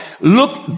Look